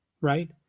right